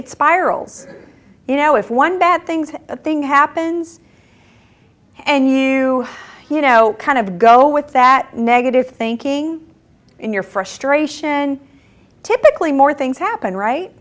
spirals you know if one bad things thing happens and you you know kind of go with that negative thinking in your frustration typically more things happen right